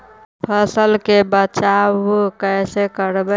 फसल के बचाब कैसे करबय?